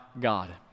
God